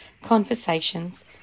Conversations